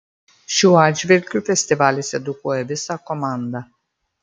šiuo atžvilgiu festivalis edukuoja visą komandą